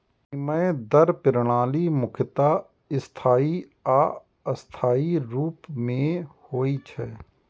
विनिमय दर प्रणाली मुख्यतः स्थायी आ अस्थायी रूप मे होइ छै